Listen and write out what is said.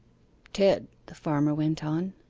ted, the farmer went on,